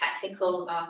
technical